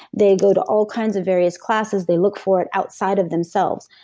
they go to all kinds of various classes they look for it outside of themselves.